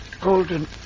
golden